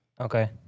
Okay